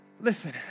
listen